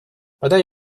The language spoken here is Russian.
подай